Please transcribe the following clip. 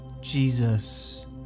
Jesus